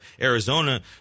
Arizona